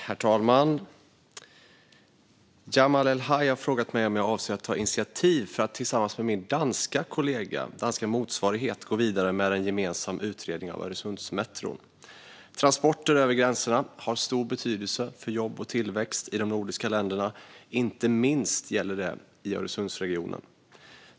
Herr talman! Jamal El-Haj har frågat mig om jag avser att ta initiativ för att tillsammans med min danska motsvarighet gå vidare med en gemensam utredning av Öresundsmetron. Transporter över gränserna har stor betydelse för jobb och tillväxt i de nordiska länderna. Det gäller inte minst i Öresundsregionen.